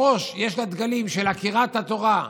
בראש יש לה דגלים של עקירת התורה,